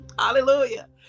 hallelujah